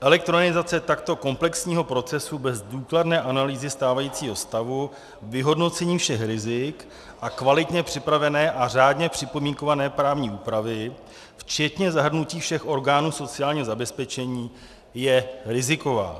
Elektronizace takto komplexního procesu bez důkladné analýzy stávajícího stavu, vyhodnocení všech rizik a kvalitně připravené a řádně připomínkované právní úpravy včetně zahrnutí všech orgánů sociálního zabezpečení je riziková.